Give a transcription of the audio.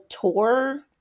tour